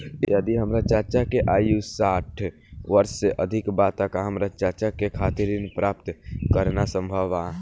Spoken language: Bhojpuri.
यदि हमार चाचा के आयु साठ वर्ष से अधिक बा त का हमार चाचा के खातिर ऋण प्राप्त करना संभव बा?